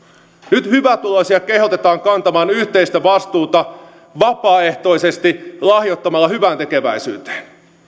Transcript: nyt hyvätuloisia kehotetaan kantamaan yhteistä vastuuta vapaaehtoisesti lahjoittamalla hyväntekeväisyyteen